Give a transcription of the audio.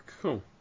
Cool